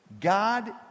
God